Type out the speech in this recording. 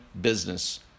business